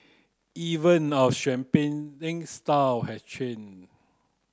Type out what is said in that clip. even our style has changed